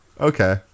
okay